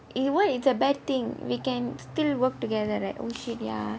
even if it's a bad thing we can still work together right oh shit ya